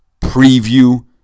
preview